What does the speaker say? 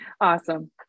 Awesome